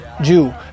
Jew